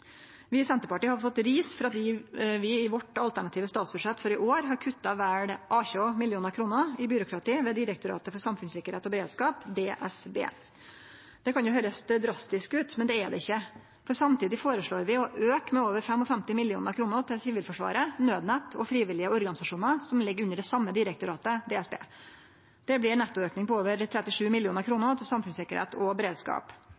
Vi i Senterpartiet har fått ris for at vi i vårt alternative statsbudsjett for i år har kutta vel 18 mill. kr i byråkrati ved Direktoratet for samfunnstryggleik og beredskap, DSB. Det kan høyrast drastisk ut, men det er det ikkje. For samtidig føreslår vi å auke med over 55 mill. kr til Sivilforsvaret, Nødnett og frivillige organisasjonar, som ligg under det same direktoratet, DSB. Det blir ein nettoauke på over 37 mill. kr til samfunnssikkerheit og beredskap.